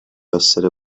essere